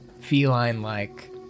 feline-like